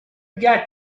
got